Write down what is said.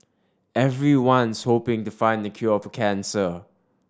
everyone's hoping to find the cure for cancer